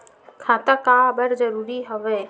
खाता का बर जरूरी हवे?